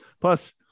plus